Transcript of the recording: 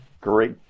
great